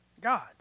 God